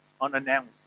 unannounced